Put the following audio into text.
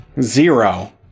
Zero